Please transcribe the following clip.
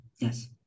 Yes